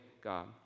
God